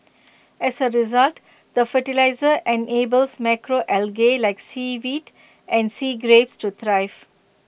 as A result the fertiliser enables macro algae like seaweed and sea grapes to thrive